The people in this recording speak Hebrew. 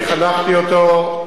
אני חנכתי אותו,